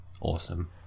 awesome